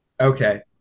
okay